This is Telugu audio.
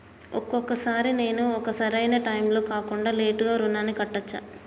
ఒక్కొక సారి నేను ఒక సరైనా టైంలో కాకుండా లేటుగా రుణాన్ని కట్టచ్చా?